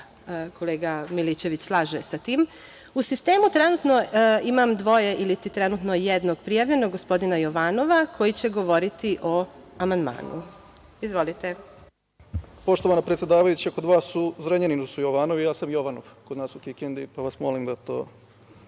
kolega Milićević slaže sa tim.U sistemu trenutno imam dvoje ili trenutno jednog prijavljenog, gospodina Jovanova, koji će govoriti o amandmanu. Izvolite. **Milenko Jovanov** Poštovana predsedavajuća, kod vas u Zrenjaninu su Jovánov, ja sam Jóvanov kod nas u Kikindi, pa vas molim da to